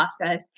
process